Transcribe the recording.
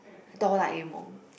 Doraemon